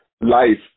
life